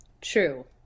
True